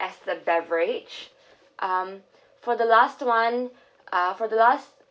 as the beverage um for the last [one] uh for the last